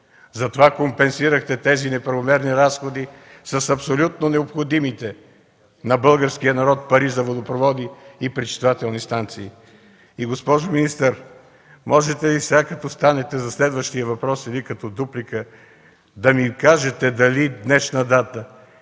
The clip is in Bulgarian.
Затова компенсирахте тези неправомерни разходи с абсолютно необходимите на българския народ пари за водопроводи и пречиствателни станции. Госпожо министър, можете ли сега, когато станете за следващия въпрос или като дуплика да ми кажете дали с днешна дата